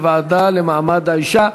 מעמד האישה.